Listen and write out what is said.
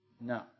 No